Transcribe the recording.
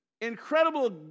incredible